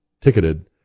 ticketed